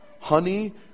honey